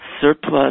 Surplus